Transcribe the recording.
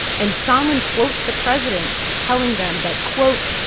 and sondland quotes the president so telling them that, quote,